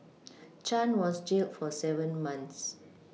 Chan was jailed for seven months